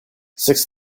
six